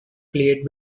played